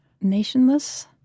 nationless